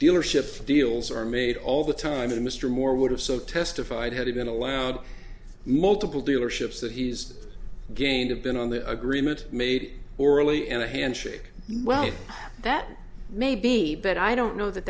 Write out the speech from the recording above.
dealership deals are made all the time and mr moore would have so testified had he been allowed multiple dealerships that he's gained have been on the agreement made orally in a handshake well that may be but i don't know that